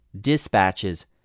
Dispatches